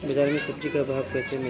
बाजार मे सब्जी क भाव कैसे मिली?